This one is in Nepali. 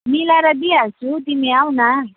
मिलाएर दिइहाल्छु तिमी आऊ न